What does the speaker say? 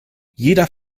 jeder